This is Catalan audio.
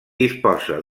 disposa